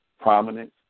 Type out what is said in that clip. prominence